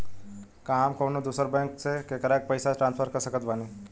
का हम कउनों दूसर बैंक से केकरों के पइसा ट्रांसफर कर सकत बानी?